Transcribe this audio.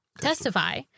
testify